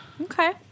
Okay